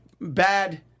bad